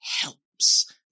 helps